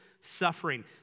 suffering